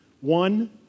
One